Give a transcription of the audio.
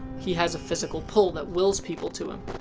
he has a physical pull that wills people to him.